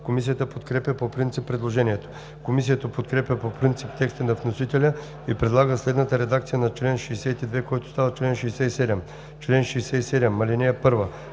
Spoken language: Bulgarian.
Комисията подкрепя по принцип предложението. Комисията подкрепя по принцип текста на вносителя и предлага следната редакция на чл. 42, който става чл. 67. „Чл. 67. (1)